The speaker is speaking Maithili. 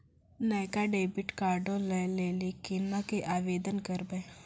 नयका डेबिट कार्डो लै लेली केना के आवेदन करबै?